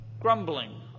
grumbling